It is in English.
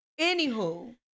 Anywho